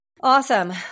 Awesome